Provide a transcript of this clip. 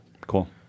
Cool